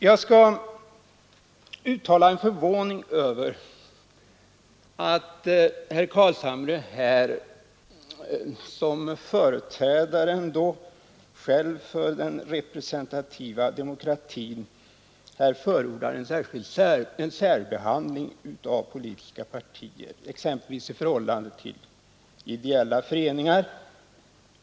Jag vill uttala min förvåning över att herr Carlshamre, som själv företräder den representativa demokratin, här förordar en särbehandling av politiska partier exempelvis i förhållande till ideella föreningar.